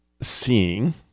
seeing